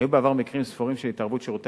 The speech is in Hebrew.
היו בעבר מקרים ספורים של התערבות שירותי